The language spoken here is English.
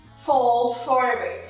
fold forward,